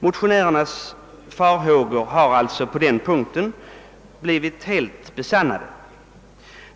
Motionärernas farhågor har alltså på denna punkt blivit helt besannade.